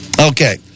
Okay